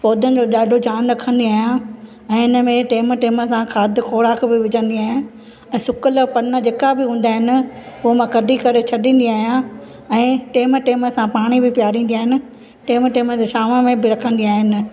पौधनि जो ॾाढो ध्यानु रखंदी आहियां ऐं हिन में टेम टेम सां खाद खोराक बि विझंदी आहियां ऐं सुकल पना जेका बि हूंदा आहिनि उहो मां कढी करे छॾींदी आहियां ऐं टेम टेम सां पाणी बि पीआरींदी आहियां टेम टेम में छांव में बि रखंदी आहियां